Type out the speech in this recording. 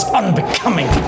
unbecoming